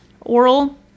oral